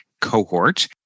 cohort